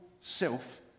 self